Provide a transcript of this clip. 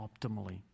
optimally